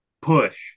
push